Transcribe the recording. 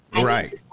Right